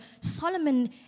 Solomon